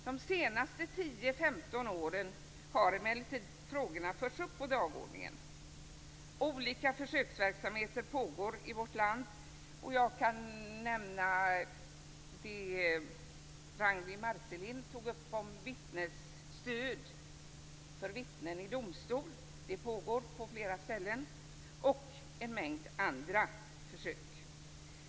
De senaste 10-15 åren har frågorna emellertid förts upp på dagordningen. Olika försöksverksamheter pågår i vårt land. Jag kan nämna det Ragnwi Marcelind tog upp om stöd för vittnen i domstol - det pågår på flera ställen - och en mängd andra försök.